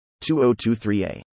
2023a